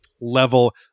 level